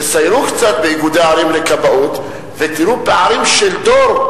תסיירו קצת באיגודי ערים לכבאות ותראו פערים של דור.